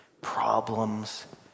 problems